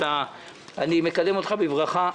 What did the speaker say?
אני מקדם את פניך בברכה.